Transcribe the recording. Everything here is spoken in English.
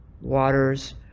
waters